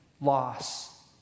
loss